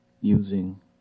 using